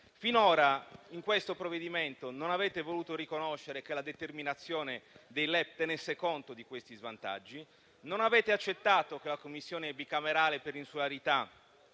Finora, in questo provvedimento non avete voluto riconoscere che la determinazione dei LEP tenesse conto di questi svantaggi e non avete accettato che la Commissione parlamentare per il